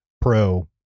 pro